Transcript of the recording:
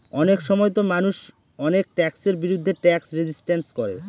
অনেক সময়তো মানুষ অনেক ট্যাক্সের বিরুদ্ধে ট্যাক্স রেজিস্ট্যান্স করে